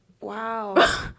wow